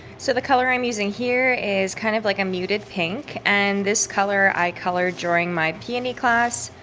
so the color i'm using here is kind of like a muted pink and this color i colored during my peony class.